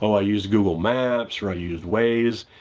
i use google maps. or, i use waze.